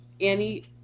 Annie